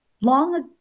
long